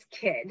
kid